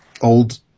old